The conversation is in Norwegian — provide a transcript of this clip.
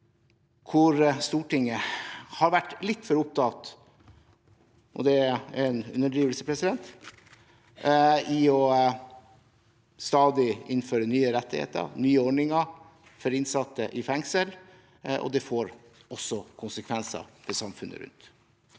hvor Stortinget har vært litt for opptatt av – og det er en underdrivelse – stadig å innføre nye rettigheter og nye ordninger for innsatte i fengsel. Det får også konsekvenser for samfunnet rundt.